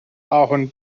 ahorn